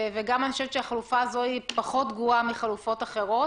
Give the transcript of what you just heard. ואני חושבת גם שהחלופה הזו היא פחות גרועה מחלופות אחרות,